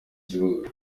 kibuga